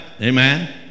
amen